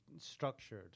structured